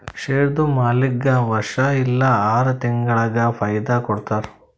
ಶೇರ್ದು ಮಾಲೀಕ್ಗಾ ವರ್ಷಾ ಇಲ್ಲಾ ಆರ ತಿಂಗುಳಿಗ ಫೈದಾ ಕೊಡ್ತಾರ್